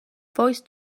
voice